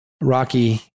Rocky